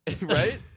right